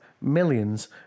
millions